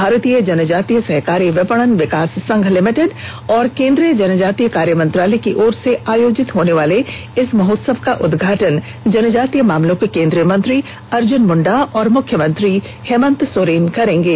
भारतीय जनजातीय सहकारी विपणन विकास संघ लिमिटेड और केन्द्रीय जनजातीय कार्य मंत्रालय की ओर से आयोजित होनेवाले इस महोत्सव का उदघाटन जनजातीय मामलों के केन्द्रीय मंत्री अर्ज्न मुंडा और मुख्यमंत्री हेमंत सोरेन करेंगे